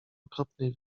okropnej